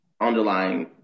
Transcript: underlying